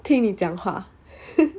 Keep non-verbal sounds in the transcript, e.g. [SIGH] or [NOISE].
听你讲话 [LAUGHS]